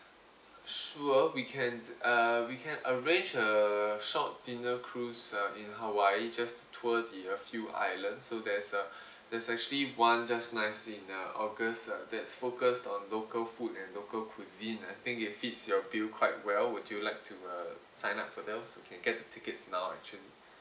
sure we can uh we can arrange a short dinner cruise uh in hawaii just tour the a few islands so there's a there's actually one just nice in uh august uh that's focused on local food and local cuisine I think it fits your bill quite well would you like to uh sign up for those we can get the tickets now actually